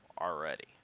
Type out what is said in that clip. already